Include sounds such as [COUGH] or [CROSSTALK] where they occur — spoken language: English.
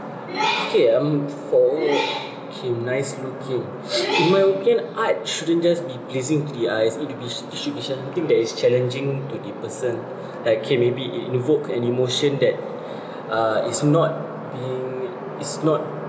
okay um for okay nice looking female okay lah art shouldn't just be pleasing to the eyes it will be sh~ should be uh thing that is challenging to the person [BREATH] like okay maybe it invoke an emotion that [BREATH] uh is not being is not